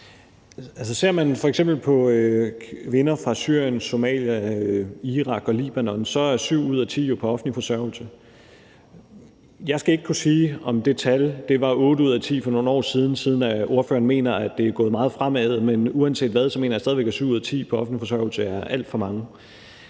ser man f.eks. på kvinder fra Syrien, Somalia, Irak og Libanon, er syv ud af ti jo på offentlig forsørgelse. Jeg skal ikke kunne sige, om det tal var otte ud af ti for nogle år siden, siden ordføreren mener, at det er gået meget fremad, men uanset hvad mener jeg stadig væk, at syv ud af ti på offentlig forsørgelse er alt for mange.